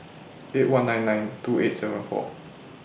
eight one nine nine two eight seven four